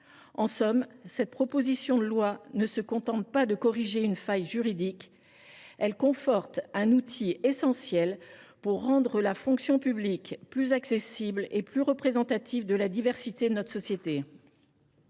En somme, cette proposition de loi ne corrige pas seulement une faille juridique, elle conforte un outil essentiel pour rendre la fonction publique plus accessible et plus représentative de la diversité de notre société.